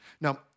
Now